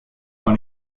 dans